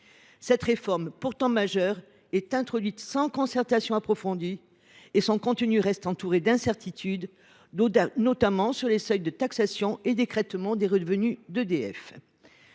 Cette réforme, pourtant très importante, est introduite sans concertation approfondie et son contenu reste entouré d’incertitudes, notamment quant aux seuils de taxation et d’écrêtement des revenus d’EDF.